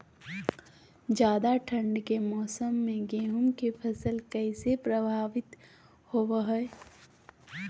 ज्यादा ठंड के मौसम में गेहूं के फसल कैसे प्रभावित होबो हय?